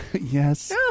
Yes